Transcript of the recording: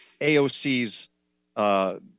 AOC's